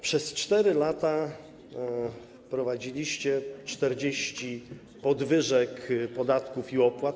Przez 4 lata wprowadziliście 40 podwyżek podatków i opłat.